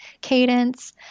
cadence